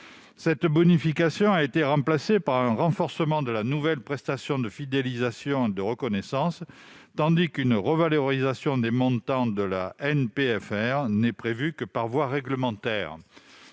Cette bonification a été remplacée par un renforcement de la nouvelle prestation de fidélisation et de reconnaissance (NPFR). Or la revalorisation des montants de cette prestation n'est prévue que par voie réglementaire.